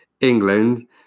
England